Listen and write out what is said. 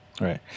right